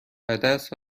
عدس